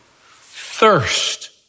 Thirst